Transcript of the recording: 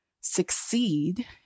succeed